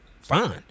Fine